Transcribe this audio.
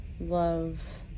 love